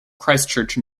christchurch